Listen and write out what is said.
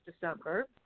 December